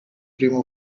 primo